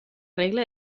regla